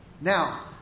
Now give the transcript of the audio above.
Now